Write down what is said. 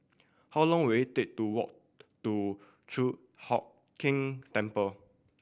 how long will it take to walk to Chi Hock Keng Temple